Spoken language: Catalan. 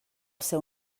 seu